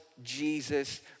Jesus